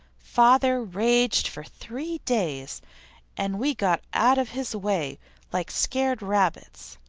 father raged for three days and we got out of his way like scared rabbits.